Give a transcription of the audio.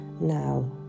now